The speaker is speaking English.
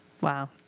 Wow